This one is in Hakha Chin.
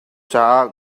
caah